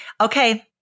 Okay